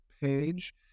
Page